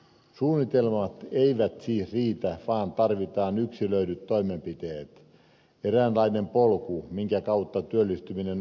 suunnitelmat eivät siis riitä vaan tarvitaan yksilöidyt toimenpiteet eräänlainen polku minkä kautta työllistyminen onnistuu